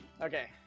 Okay